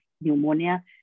pneumonia